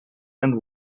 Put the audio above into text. and